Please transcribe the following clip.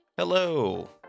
Hello